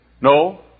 No